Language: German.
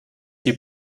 hier